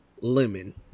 Lemon